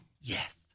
Yes